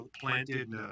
planted